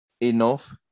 enough